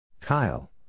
Kyle